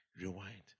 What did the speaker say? rewind